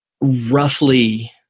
roughly